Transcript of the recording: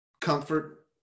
comfort